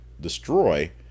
destroy